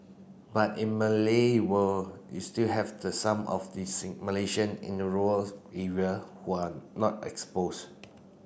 but in Malay world you still have the some of the Malaysian in rural area who are not exposed